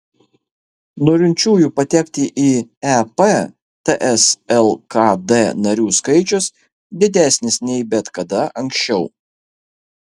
norinčiųjų patekti į ep ts lkd narių skaičius didesnis nei bet kada anksčiau